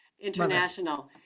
international